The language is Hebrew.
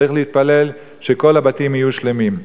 צריך להתפלל שכל הבתים יהיו שלמים.